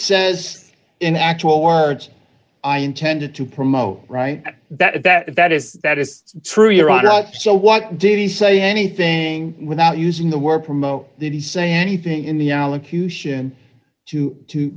says in actual words i intended to promote right that that that is that is true your honor out so what did he say anything without using the word promote the say anything in the allocution to to